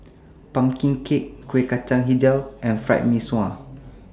Pumpkin Cake Kueh Kacang Hijau and Fried Mee Sua